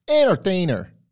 Entertainer